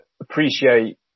appreciate